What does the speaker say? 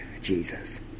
Jesus